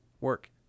work